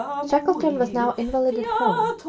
shackleton was now invalided home,